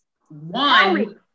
One